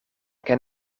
ken